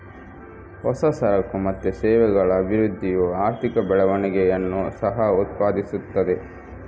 ಹೊಸ ಸರಕು ಮತ್ತು ಸೇವೆಗಳ ಅಭಿವೃದ್ಧಿಯು ಆರ್ಥಿಕ ಬೆಳವಣಿಗೆಯನ್ನು ಸಹ ಉತ್ಪಾದಿಸುತ್ತದೆ